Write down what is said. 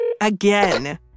Again